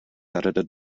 edited